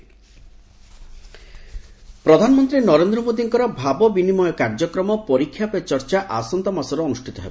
ପରୀକ୍ଷା ପେ ଚର୍ଚ୍ଚା ପ୍ରଧାନମନ୍ତ୍ରୀ ନରେନ୍ଦ୍ର ମୋଦିଙ୍କର ଭାବ ବିନିମୟ କାର୍ଯ୍ୟକ୍ରମ ପରୀକ୍ଷା ପେ ଚର୍ଚ୍ଚା ଆସନ୍ତା ମାସରେ ଅନ୍ଦୁଷ୍ଠିତ ହେବ